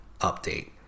update